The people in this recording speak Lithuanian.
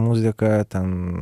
muzika ten